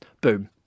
boom